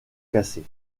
cassée